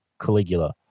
Caligula